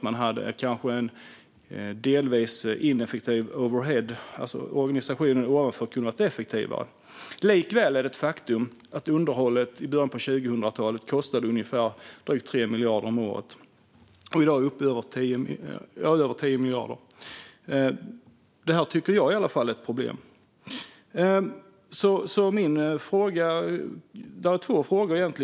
Man hade kanske en delvis ineffektiv overhead - organisationen ovanför kunde ha varit effektivare. Likväl är det ett faktum att underhållet i början av 2000-talet kostade drygt 3 miljarder om året och att vi i dag är uppe i över 10 miljarder. Detta tycker i alla fall jag är ett problem. Jag har egentligen två frågor.